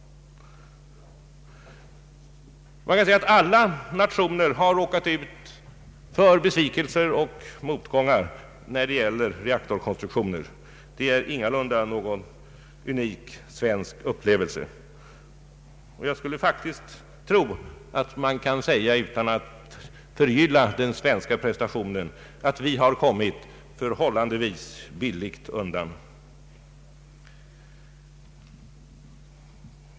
Alla nationer har råkat ut för besvikelser och motgångar när det gäller reaktorkonstruktioner. Det är alltså ingalunda någon unik svensk upplevelse som vi diskuterar här i dag. Jag tror faktiskt man kan säga, utan att förgylla den svenska prestationen, att vi har kommit förhållandevis billigt undan.